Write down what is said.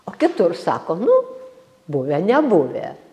o kitur sako nu buvę nebuvę